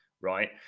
right